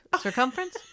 circumference